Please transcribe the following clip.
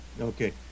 Okay